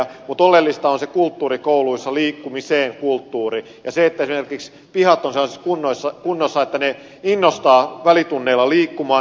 mutta oleellista on se kulttuuri kouluissa liikkumisen kulttuuri ja se että esimerkiksi pihat ovat sellaisessa kunnossa että ne innostavat välitunneilla liikkumaan